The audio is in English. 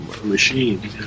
machine